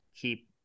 keep